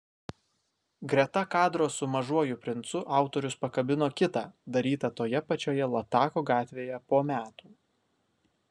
greta kadro su mažuoju princu autorius pakabino kitą darytą toje pačioje latako gatvėje po metų